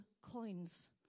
coins